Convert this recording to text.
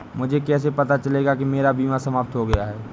मुझे कैसे पता चलेगा कि मेरा बीमा समाप्त हो गया है?